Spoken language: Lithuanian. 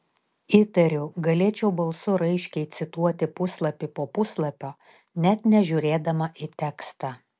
įtariu galėčiau balsu raiškiai cituoti puslapį po puslapio net nežiūrėdama į tekstą